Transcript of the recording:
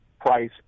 price